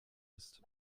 ist